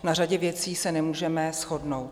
Na řadě věcí se nemůžeme shodnout.